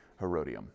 Herodium